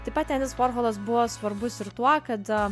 taip pat endis vorholas buvo svarbus ir tuo kad